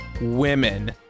women